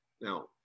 Now